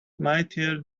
mightier